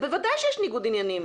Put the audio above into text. בוודאי שיש ניגוד עניינים.